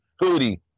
hoodie